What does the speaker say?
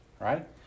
right